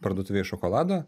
parduotuvėje šokolado